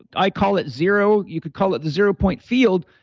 i call it zero. you could call it the zero point field.